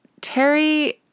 Terry